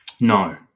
No